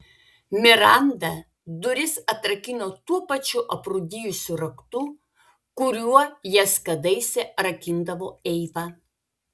miranda duris atrakino tuo pačiu aprūdijusiu raktu kuriuo jas kadaise rakindavo eiva